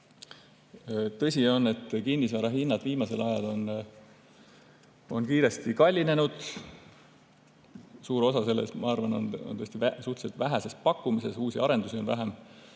tõsi on, et kinnisvara on viimasel ajal kiiresti kallinenud. Suur osa selles, ma arvan, on tõesti olnud suhteliselt vähesel pakkumisel, uusi arendusi on vähem.